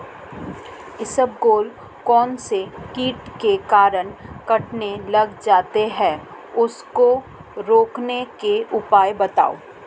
इसबगोल कौनसे कीट के कारण कटने लग जाती है उसको रोकने के उपाय बताओ?